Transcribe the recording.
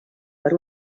per